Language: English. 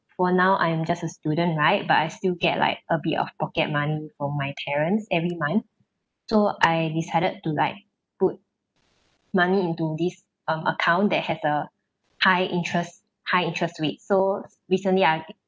for now I am just a student right but I still get like a bit of pocket money from my parents every month so I decided to like put money into this um account that has a high interest high interest rate so recently I